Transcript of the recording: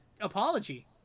apology